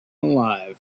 alive